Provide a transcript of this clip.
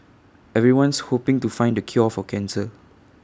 everyone's hoping to find the cure for cancer